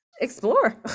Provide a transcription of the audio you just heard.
Explore